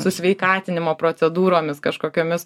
su sveikatinimo procedūromis kažkokiomis